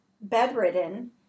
bedridden